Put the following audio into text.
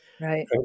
Right